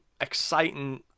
exciting